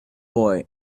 boy